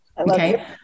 Okay